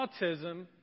autism